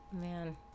Man